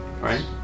right